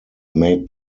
made